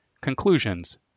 Conclusions